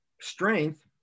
strength